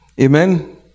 Amen